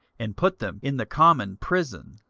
and put them in the common prison.